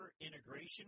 integration